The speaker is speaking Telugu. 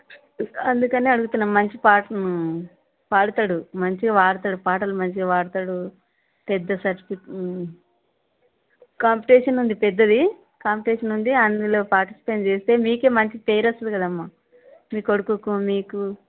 అందుకని అడుగుతున్నాం మంచి పాట పాడతాడు మంచిగా పాడతాడు పాటలు మంచిగా పాడతాడు పెద్ద సర్టిప్ కాంపిటీషన్ ఉంది పెద్దది కాంపిటీషన్ ఉంది అందులో పాటిస్పేట్ చేస్తే మీకు మంచి పేరు వస్తుంది కదమ్మ మీ కొడుకుకు మీకు